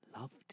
loved